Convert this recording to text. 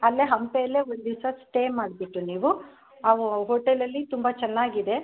ಅಲ್ಲೇ ಹಂಪೆಯಲ್ಲೆ ಒಂದು ದಿವಸ ಸ್ಟೇ ಮಾಡಿಬಿಟ್ಟು ನೀವು ಹೋಟೆಲಲ್ಲಿ ತುಂಬ ಚೆನ್ನಾಗಿದೆ